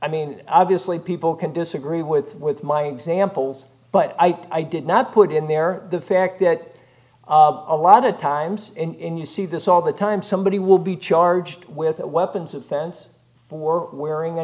i mean obviously people can disagree with with minds ample but i did not put in there the fact that a lot of times in you see this all the time somebody will be charged with weapons of sense for wearing a